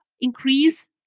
increase